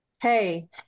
Hey